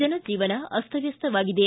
ಜನಜೀವನ ಅಸ್ತವ್ಯಸ್ಥವಾಗಿದೆ